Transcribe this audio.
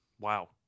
Wow